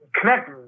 connect